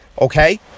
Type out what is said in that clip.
Okay